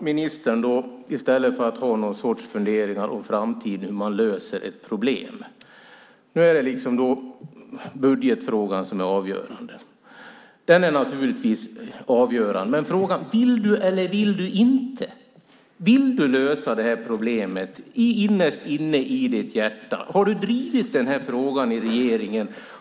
Herr talman! I stället för att ha någon sorts funderingar om framtiden och om hur man ska lösa ett problem anser ministern att det är budgetfrågan som är avgörande. Det är den naturligtvis, men frågan är: Vill ministern eller vill han inte lösa det här problemet innerst inne i sitt hjärta? Har han drivit den här frågan i regeringen?